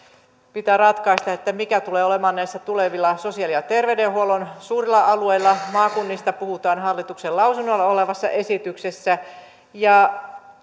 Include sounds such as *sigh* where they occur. pitää ratkaista mikä tulee olemaan näillä tulevilla sosiaali ja terveydenhuollon suurilla alueilla maakunnista puhutaan hallituksen lausunnolla olevassa esityksessä ja *unintelligible*